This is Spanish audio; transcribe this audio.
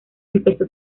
empezó